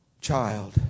child